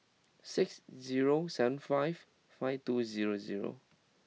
six zero seven five five two zero zero